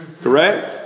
Correct